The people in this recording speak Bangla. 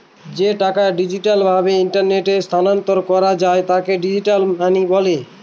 যে টাকা ডিজিটাল ভাবে ইন্টারনেটে স্থানান্তর করা যায় তাকে ডিজিটাল মানি বলে